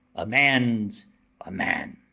a man's a man.